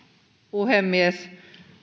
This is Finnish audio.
puhemies on